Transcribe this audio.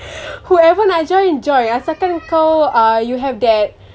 whoever nak join join asalkan kau uh you have that